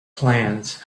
plans